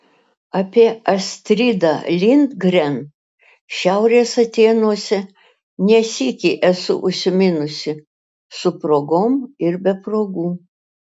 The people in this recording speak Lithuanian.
apie astridą lindgren šiaurės atėnuose ne sykį esu užsiminusi su progom ir be progų